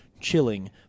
chilling